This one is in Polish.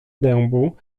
dębu